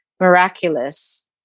Miraculous